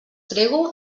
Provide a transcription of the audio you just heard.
prego